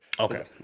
Okay